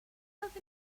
have